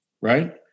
right